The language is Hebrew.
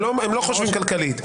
הם לא חושבים כלכלית.